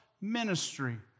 ministry